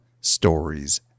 stories